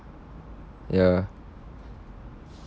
ya